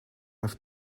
have